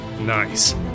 Nice